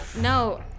no